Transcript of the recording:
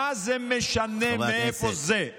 מה זה משנה מאיפה זה?